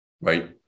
right